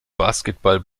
basketball